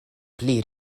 pli